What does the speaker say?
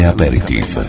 Aperitif